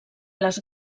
les